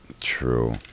true